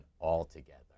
altogether